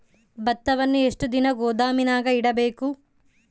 ಭತ್ತವನ್ನು ಎಷ್ಟು ದಿನ ಗೋದಾಮಿನಾಗ ಇಡಬಹುದು?